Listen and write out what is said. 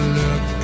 look